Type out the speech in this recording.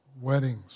weddings